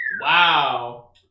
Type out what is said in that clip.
Wow